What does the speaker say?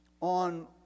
on